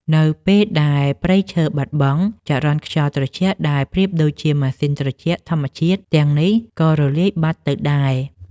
នៅពេលដែលព្រៃឈើបាត់បង់ ចរន្តខ្យល់ត្រជាក់ដែលប្រៀបដូចជាម៉ាស៊ីនត្រជាក់ធម្មជាតិទាំងនេះក៏រលាយបាត់ទៅដែរ។